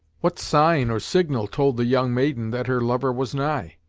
what sign, or signal, told the young maiden that her lover was nigh?